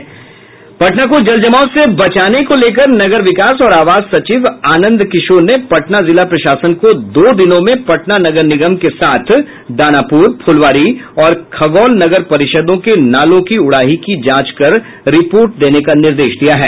इधर पटना को जलजमाव से बचाने को लेकर नगर विकास और आवास सचिव आनंद किशोर ने पटना जिला प्रशासन को दो दिनों में पटना नगर निगम के साथ दानापुर फुलवारी और खगौल नगर परिषदों के नालों की उड़ाही की जांच कर रिपोर्ट देने का निर्देश दिया है